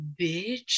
bitch